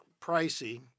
pricey